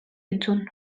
entzun